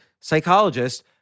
psychologist